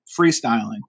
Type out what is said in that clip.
freestyling